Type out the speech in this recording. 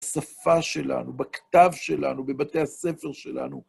בשפה שלנו, בכתב שלנו, בבתי הספר שלנו.